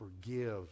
forgive